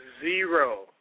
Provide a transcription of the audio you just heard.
zero